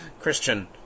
Christian